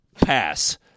Pass